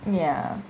ya